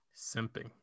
Simping